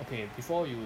okay before you